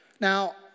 Now